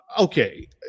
Okay